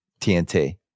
TNT